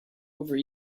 over